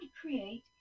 create